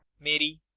mary,